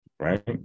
right